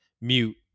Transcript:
mute